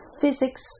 physics